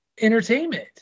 entertainment